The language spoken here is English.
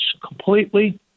completely